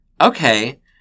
Okay